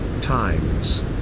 times